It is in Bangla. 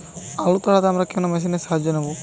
আলু তাড়তে আমরা কোন মেশিনের সাহায্য নেব?